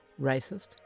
racist